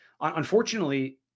Unfortunately